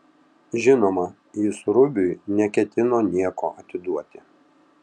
žinoma jis rubiui neketino nieko atiduoti